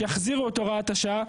שיחזירו את הוראת השעה.